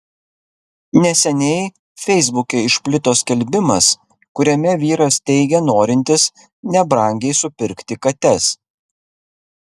neseniai feisbuke išplito skelbimas kuriame vyras teigia norintis nebrangiai supirkti kates